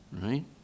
Right